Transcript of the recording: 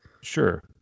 Sure